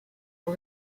all